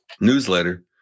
newsletter